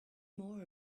more